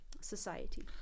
society